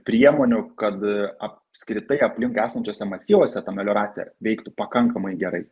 priemonių kad apskritai aplinkui esančiuose masyvuose ta melioracija veiktų pakankamai gerai